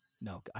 No